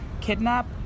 kidnap